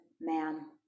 man